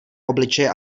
obličeje